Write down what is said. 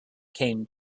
came